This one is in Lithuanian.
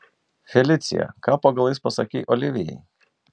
felicija ką po galais pasakei olivijai